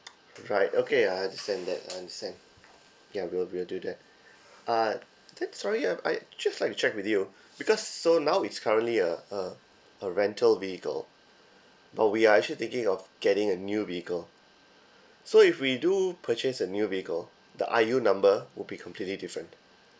right okay I understand that I understand ya we'll we'll do that uh then sorry I I'd just like to check with you because so now it's currently a a a rental vehicle but we are actually thinking of getting a new vehicle so if we do purchase a new vehicle the I_U number would be completely different